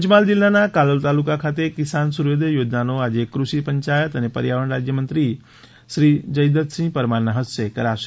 પંચમહાલ જિલ્લાના કાલોલ તાલુકા ખાતે કિસાન સૂર્યોદય યોજનાનો આજે કૃષિ પંચાયત અને પર્યાવરણ રાજ્યમંત્રી જયદ્રથસિંહ પરમારના હસ્તે કરાશે